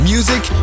Music